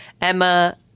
Emma